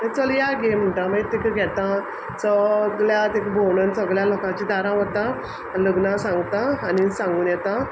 चल या गे म्हणटा माई तिक घेता सोगल्याक तेक भोंवणोन सगल्या लोकांचे दारा व्हरता आन लग्ना सांगता आनी सांगून येता